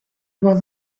was